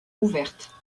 ouvertes